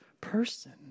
person